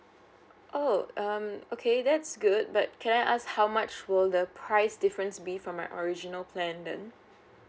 oh um okay that's good but can I ask how much will the price difference be from my original plan then